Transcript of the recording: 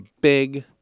big